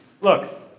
Look